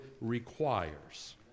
requires